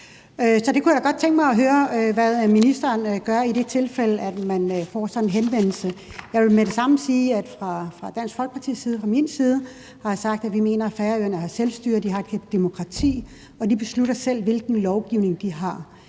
Så jeg kunne godt tænke mig at høre, hvad ministeren gør i det tilfælde, at man får sådan en henvendelse. Jeg vil med det samme sige, at fra Dansk Folkepartis side og fra min side har jeg sagt, at vi mener, at Færøerne har selvstyre, at de har demokrati, at de selv beslutter, hvilken lovgivning de har,